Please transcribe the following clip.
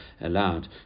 allowed